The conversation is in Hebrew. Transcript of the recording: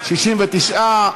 69,